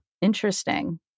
Interesting